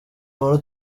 umuntu